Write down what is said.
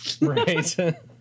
Right